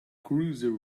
cruiser